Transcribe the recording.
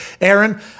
Aaron